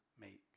make